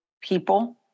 people